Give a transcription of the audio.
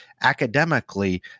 Academically